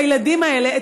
את הילדים האלה,